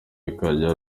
bikajyana